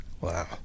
Wow